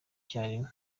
icyarimwe